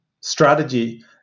strategy